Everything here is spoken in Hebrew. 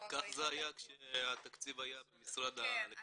כך זה היה כשהתקציב היה במשרד העלייה והקליטה.